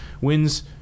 wins